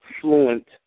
fluent